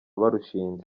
barushinze